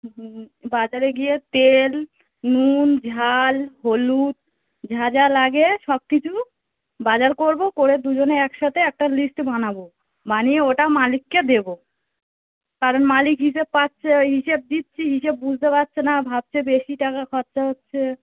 হুম বাজারে গিয়ে তেল নুন ঝাল হলুদ যা যা লাগে সব কিছু বাজার করব করে দুজনে একসাথে একটা লিস্ট বানাব বানিয়ে ওটা মালিককে দেবো কারণ মালিক হিসেব পাচ্ছে ওই হিসেব দিচ্ছি হিসেব বুঝতে পারছে না ভাবছে বেশি টাকা খরচা হচ্ছে